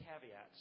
caveats